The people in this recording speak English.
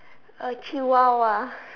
a chihuahua